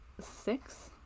six